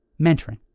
mentoring